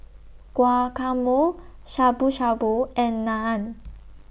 Guacamole Shabu Shabu and Naan